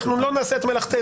אנחנו לא נעשה את מלאכתנו.